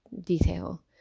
detail